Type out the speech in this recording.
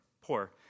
poor